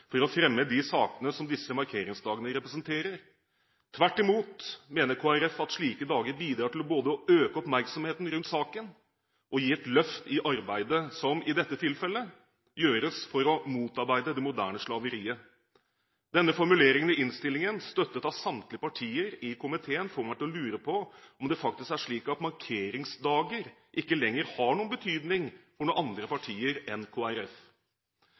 å fremme de sakene som disse markeringsdagene representerer. Tvert imot mener Kristelig Folkeparti at slike dager bidrar til både å øke oppmerksomheten rundt saken og gi et løft i arbeidet, som i dette tilfellet gjøres for å motarbeide det moderne slaveriet. Denne formuleringen i innstillingen, støttet av samtlige partier i komiteen, får meg til å lure på om det faktisk er slik at markeringsdager ikke lenger har noen betydning for andre partier enn